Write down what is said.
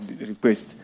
request